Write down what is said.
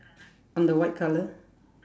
on the white colour